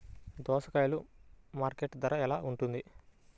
దోసకాయలు మార్కెట్ ధర ఎలా ఉంటుంది?